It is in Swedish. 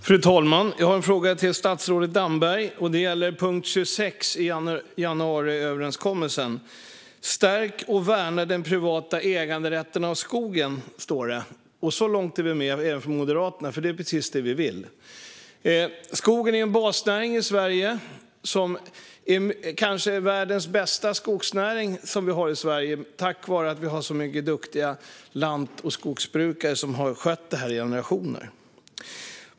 Fru talman! Jag har en fråga till statsrådet Damberg, och den gäller punkt 26 i januariöverenskommelsen om att stärka och värna den privata äganderätten i fråga om skog. Så långt är Moderaterna med, för det är precis vad vi vill. Skogen är en basnäring i Sverige, och Sverige har kanske världens bästa skogsnäring tack vare alla duktiga lant och skogsbrukare som har skött detta i generationer.